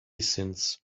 since